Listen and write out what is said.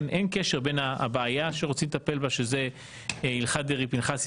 אין קשר בין הבעיה שרוצים לטפל בה שזה הלכת דרעי-פנחסי